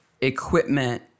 equipment